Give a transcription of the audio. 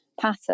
pattern